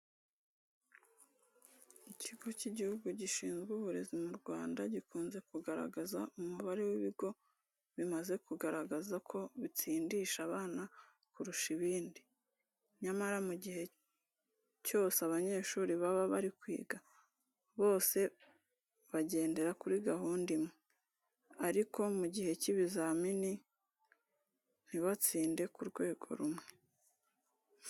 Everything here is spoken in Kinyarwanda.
Ikigo cy'Igihugu gishinzwe Uburezi mu Rwanda gikunze kugaragaza umubare w'ibigo bimaze kugaragaza ko bitsindisha abana kurusha ibindi. Nyamara mu gihe cyose abanyeshuri baba bari kwiga, bose bagendera kuri gahunda imwe ariko mu gihe cy'ibizamini ntibatsinde ku rwego rumwe.